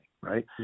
Right